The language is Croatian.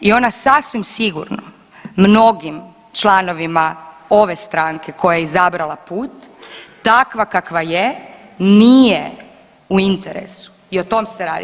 I ona sasvim sigurno mnogim članovima ove stranke koja je izabrala put takva kakva je nije u interesu i o tom se radi.